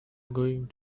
going